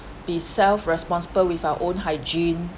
be self responsible with our own hygiene